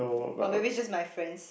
or maybe just my friends